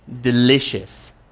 delicious